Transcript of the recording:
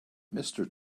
mister